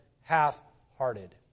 half-hearted